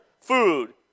food